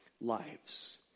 lives